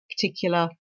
particular